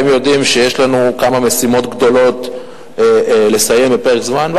והם יודעים שיש לנו כמה משימות גדולות לסיים בפרק זמן,